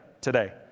today